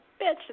bitch